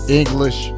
english